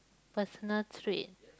personal trait